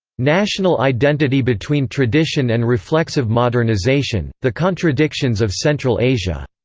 national identity between tradition and reflexive modernisation the contradictions of central asia.